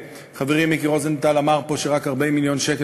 שחברי מיקי רוזנטל אמר פה שרק 40 מיליון שקל,